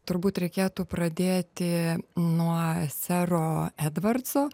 turbūt reikėtų pradėti nuo sero edvarco